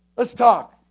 let's talk.